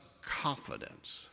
confidence